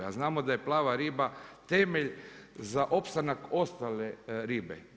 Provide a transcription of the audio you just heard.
A znamo da je plava riba temelj za opstanak ostale ribe.